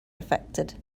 affected